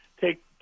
take